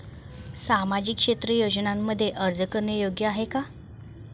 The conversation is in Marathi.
सामाजिक क्षेत्र योजनांमध्ये अर्ज करणे योग्य आहे का?